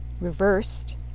reversed